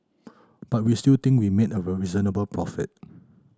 but we still think we made a reasonable profit